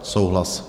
Souhlas.